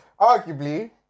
Arguably